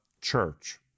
church